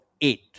eight